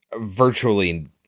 virtually